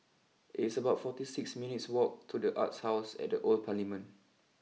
it's about forty six minutes walk to the Arts house at the Old Parliament